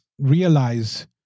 Realize